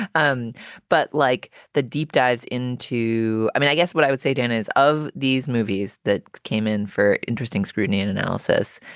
um but like the deep dives in, too. i mean, i guess what i would say, dan, is of these movies that came in for interesting scrutiny and analysis,